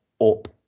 up